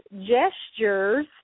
gestures